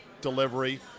delivery